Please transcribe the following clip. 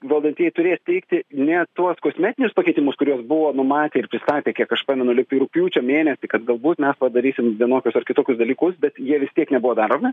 valdantieji turės teikti ne tuos kosmetinius pakeitimus kuriuos buvo numatę ir pristatę kiek aš pamenu lyg tai rugpjūčio mėnesį kad galbūt mes padarysim vienokius ar kitokius dalykus bet jie vis tiek nebuvo daromi